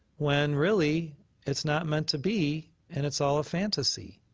when really it's not meant to be and it's all a fantasy.